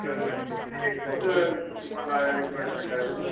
तर किती लिटरचं तुम्हाला रिक्वायरमेंट आहे सर